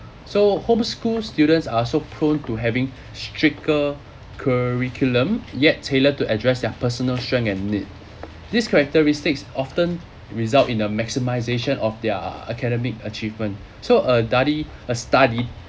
so homeschool students are so prone to having stricter curriculum yet tailored to address their personal strength and need these characteristics often result in a maximization of their academic achievement so a a study